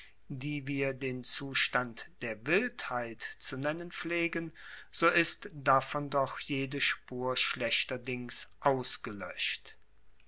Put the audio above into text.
die wir den zustand der wildheit zu nennen pflegen so ist davon doch jede spur schlechterdings ausgeloescht